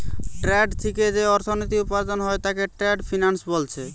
trade থিকে যেই অর্থনীতি উপার্জন হয় তাকে ট্রেড ফিন্যান্স বোলছে